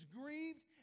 grieved